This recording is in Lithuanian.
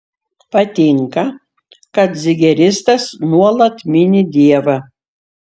patinka kad zigeristas nuolat mini dievą